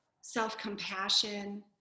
self-compassion